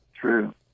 true